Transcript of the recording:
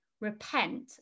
repent